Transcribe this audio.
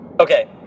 Okay